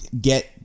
Get